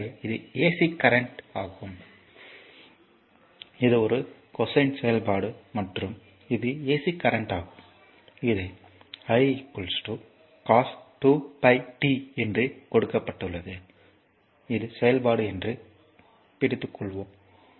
எனவே இது AC current ஆகும் இது ஒரு கொசைன் செயல்பாடு மற்றும் இது ஏசி கரண்ட் ஆகும் இதை i cos2πt என்று கொடுக்கப்பட்டுள்ளது இது செயல்பாடு என்று பிடித்துக்கொள்ளுங்கள் i cos2πt